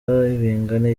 bingana